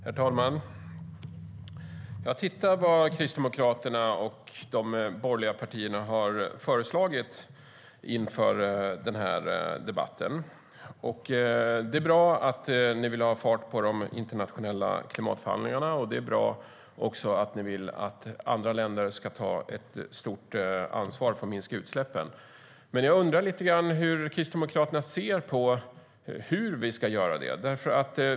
Herr talman! Jag tittade på vad Kristdemokraterna och de borgerliga partierna har föreslagit inför den här debatten. Det är bra att ni vill ha fart på de internationella klimatförhandlingarna, och det är bra att ni vill att andra länder ska ta ett stort ansvar för att minska utsläppen. Jag undrar dock lite grann hur Kristdemokraterna ser på hur vi ska göra detta.